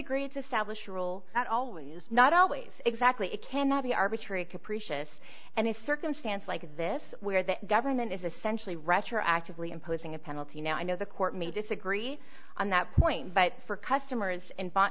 that all is not always exactly it cannot be arbitrary capricious and if circumstance like this where the government is essentially retroactively imposing a penalty now i know the court may disagree on that point but for customers and bought